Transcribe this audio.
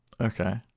okay